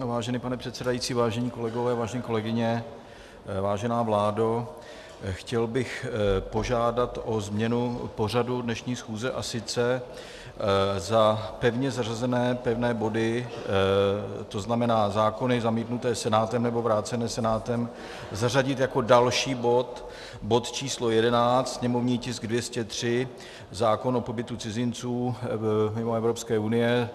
Vážený pane předsedající, vážení kolegové, vážené kolegyně, vážená vládo, chtěl bych požádat o změnu pořadu dnešní schůze, a sice za pevně zařazené pevné body, to znamená zákony zamítnuté Senátem nebo vrácené Senátem, zařadit jako další bod bod číslo 11, sněmovní tisk 203, zákon o pobytu cizinců ze zemí mimo Evropské unie.